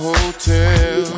Hotel